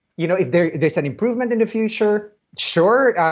you know if there's there's an improvement in the future, sure,